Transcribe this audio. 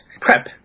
PrEP